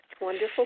wonderful